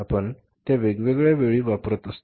आपण त्या वेगवेगळ्या वेळी वापरत असतो